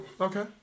Okay